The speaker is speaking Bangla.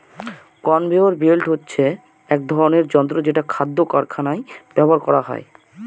কনভেয়র বেল্ট হচ্ছে এক ধরনের যন্ত্র যেটা খাদ্য কারখানায় ব্যবহার করা হয়